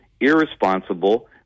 irresponsible